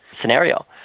scenario